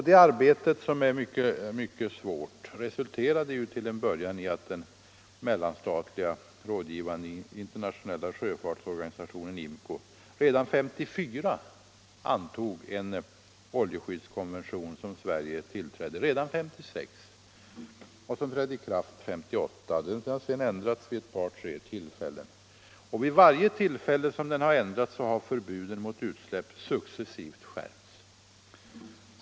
Det arbetet, som är mycket svårt, resulterade till en början i att den mellanstatliga rådgivande internationella sjöfartsorganisationen, IMCO, redan år 1954 antog en oljeskyddskonvention, som Sverige biträdde redan 1956 och som trädde i kraft 1958. Den har sedan ändrats vid ett par tre tillfällen, och vid varje tillfälle då den har ändrats har förbuden mot utsläpp successivt skärpts.